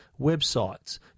websites